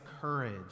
courage